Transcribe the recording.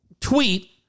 tweet